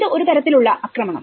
ഇത് ഒരു തരത്തിൽ ഉള്ള ആക്രമണം